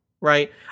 right